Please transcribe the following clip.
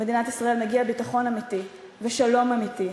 למדינת ישראל מגיע ביטחון אמיתי ושלום אמיתי.